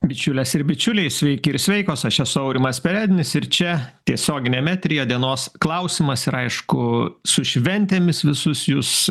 bičiulės ir bičiuliai sveiki ir sveikos aš esu aurimas perednis ir čia tiesioginiam eteryje dienos klausimas ir aišku su šventėmis visus jus